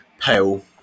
pale